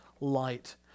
light